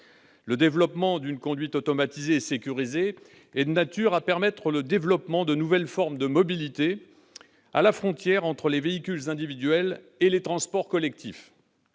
Le développement d'une conduite automatisée et sécurisée est de nature à permettre l'émergence de nouvelles formes de mobilité, à la frontière entre véhicules individuels et transports collectifs.